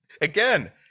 Again